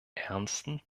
ernsten